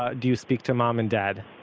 ah do you speak to mom and dad?